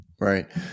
Right